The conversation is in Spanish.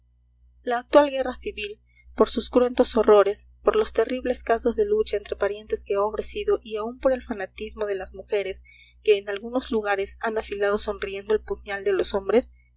la actual guerra civil por sus cruentos horrores por los terribles casos de lucha entre parientes que ha ofrecido y aun por el fanatismo de las mujeres que en algunos lugares han afilado sonriendo el puñal de los hombres